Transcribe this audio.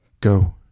Go